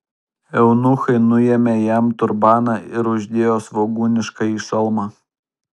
eunuchai nuėmė jam turbaną ir uždėjo svogūniškąjį šalmą